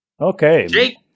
Okay